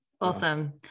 Awesome